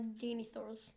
dinosaurs